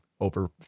over